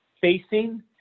facing